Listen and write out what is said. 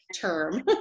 term